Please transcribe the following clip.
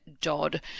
Dodd